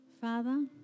Father